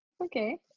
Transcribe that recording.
Okay